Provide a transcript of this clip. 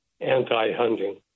anti-hunting